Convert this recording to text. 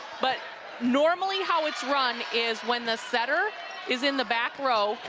but normally how it's run is when the setter is in the back row,